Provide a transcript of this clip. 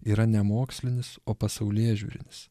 yra ne mokslinis o pasaulėžiūrinis